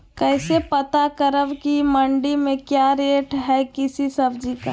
कैसे पता करब की मंडी में क्या रेट है किसी सब्जी का?